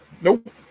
Nope